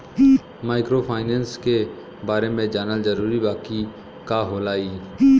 Microfinance के बारे में जानल जरूरी बा की का होला ई?